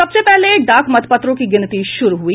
सबसे पहले डाक मतपत्रों की गिनती शुरू हुई